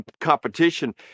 competition